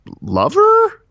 lover